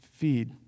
feed